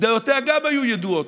ודעותיה גם היו ידועות,